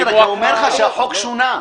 הוא אומר לך שהחוק שונה.